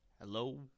Hello